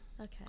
Okay